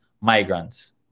migrants